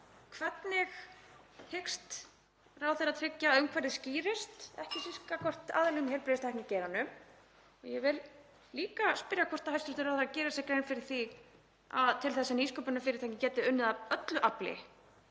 Hvernig hyggst ráðherra tryggja að umhverfi skýrist, ekki síst gagnvart aðilum í heilbrigðistæknigeiranum? Ég vil líka spyrja hvort hæstv. ráðherra geri sér grein fyrir því að til þess að nýsköpunarfyrirtæki geti unnið af öllu afli